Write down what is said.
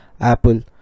Apple